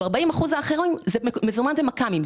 ו-40 אחוזים האחרים זה מזומן מק"מים.